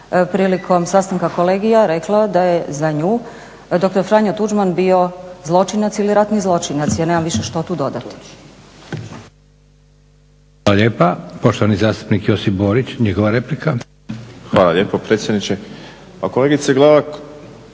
prilikom sastanka kolegija rekla da je za nju dr. Franjo Tuđman bio zločinac ili ratni zločinac. Ja nemam više što tu dodati. **Leko, Josip (SDP)** Hvala lijepa. Poštovani zastupnik Josip Borić, njegova replika. **Borić, Josip (HDZ)** Hvala lijepo predsjedniče. Pa kolegice Glavak,